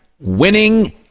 winning